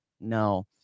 no